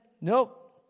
nope